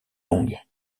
langues